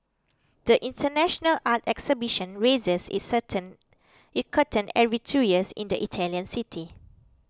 the international art exhibition raises its certain it curtain every two years in the Italian city